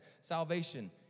salvation